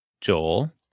Joel